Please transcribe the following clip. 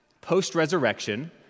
post-resurrection